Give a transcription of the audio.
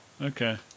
Okay